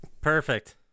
Perfect